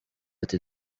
ati